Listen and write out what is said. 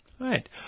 Right